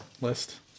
list